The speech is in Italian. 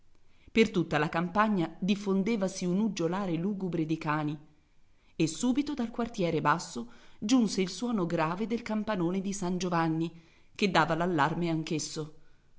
per tutta la campagna diffondevasi un uggiolare lugubre di cani e subito dal quartiere basso giunse il suono grave del campanone di san giovanni che dava